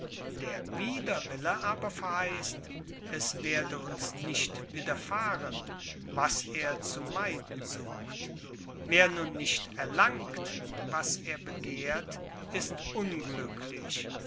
der widerwille aber verheißt es werde uns nicht widerfahren was er zu meiden sucht wer nun nicht erlangt was er begehrt ist unglücklich